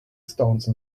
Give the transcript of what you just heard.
stance